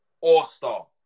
All-star